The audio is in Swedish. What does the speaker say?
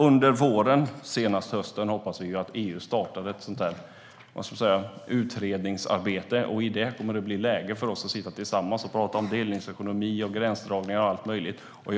Under våren och senast under hösten hoppas vi att EU startar ett utredningsarbete. Då kommer det att bli läge för oss att sitta tillsammans och tala om delningsekonomi, gränsdragningar och så vidare.